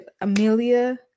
Amelia